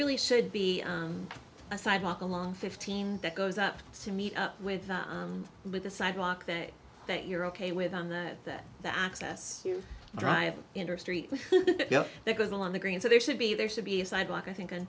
really should be on a sidewalk along fifteenth that goes up to meet up with the sidewalk there that you're ok with on that that that access you drive into a street that goes along the green so there should be there should be a sidewalk i think on